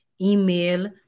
email